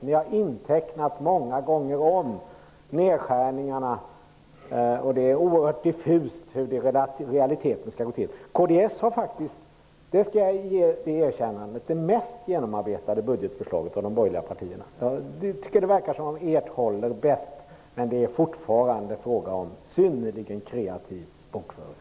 Ni har intecknat nedskärningarna många gånger om, och det är oerhört diffust hur de i realiteten skall genomföras. Kds har faktiskt - det erkännandet vill jag ge er - det mest genomarbetade budgetförslaget jämfört med de andra borgerliga partierna. Det verkar som att ert förslag håller bäst, men det är fortfarande fråga om synnerligen kreativ bokföring.